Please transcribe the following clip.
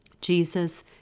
Jesus